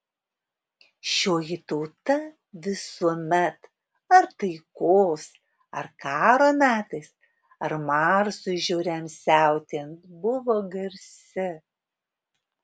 šioji tauta visuomet ar taikos ar karo metais ar marsui žiauriam siautėjant buvo garsi